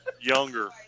younger